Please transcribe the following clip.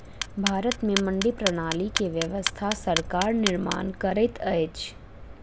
भारत में मंडी प्रणाली के व्यवस्था सरकार निर्माण करैत अछि